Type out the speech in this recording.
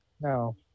No